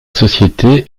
société